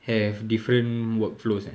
have different workflows eh